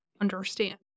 understand